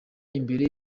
imbere